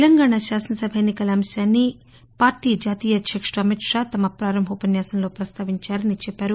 తెలంగాణ శాసనసభ ఎన్ని కల అంశాన్ని పార్టీ జాతీయ అధ్యక్షుడు అమిత్ షా తమ ప్రారంభ ఉపన్యాసంలో ప్రస్తావించారని చెప్పారు